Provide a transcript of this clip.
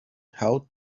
how